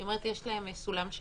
היא אומרת שיש להן סולם שבור.